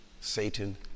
Satan